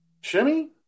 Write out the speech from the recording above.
Shimmy